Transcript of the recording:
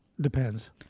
Depends